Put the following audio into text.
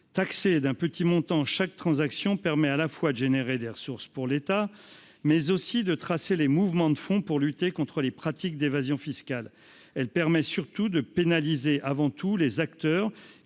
taxé d'un petit montant chaque transaction permet à la fois de générer des ressources pour l'État mais aussi de tracer les mouvements de fonds pour lutter contre les pratiques d'évasion fiscale, elle permet surtout de pénaliser avant tous les acteurs